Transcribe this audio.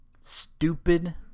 stupid